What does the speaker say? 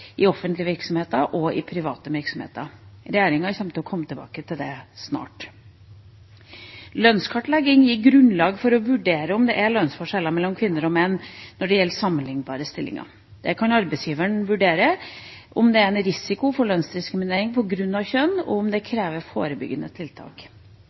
i offentlige og private virksomheter. Regjeringa kommer til å komme tilbake til det snart. Lønnskartlegging gir grunnlag for å vurdere om det er lønnsforskjeller mellom kvinner og menn når det gjelder sammenlignbare stillinger. Arbeidsgiveren kan vurdere om det er en risiko for lønnsdiskriminering på grunn av kjønn, og om det